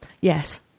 Yes